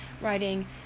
writing